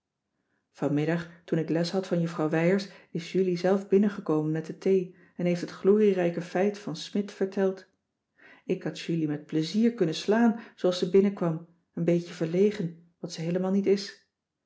vanmiddag toen ik les had van juffrouw wijers is julie zelf binnengekomen met de thee en heeft het glorierijke feit van smidt verteld ik had julie met plezier kunnen slaan zooals ze binnenkwam een beetje verlegen wat ze heelemaal niet is